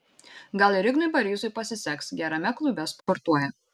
gal ir ignui barysui pasiseks gerame klube sportuoja